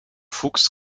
fuchs